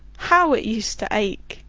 how it used to ache!